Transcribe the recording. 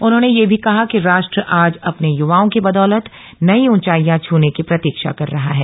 उन्होंने यह भी कहा कि राष्ट्र आज अपने युवाओं की बदौलत नई ऊंचाइयां छूने की प्रतीक्षा कर रहा है